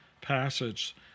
passage